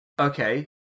Okay